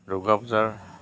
দুৰ্গা পূজাৰ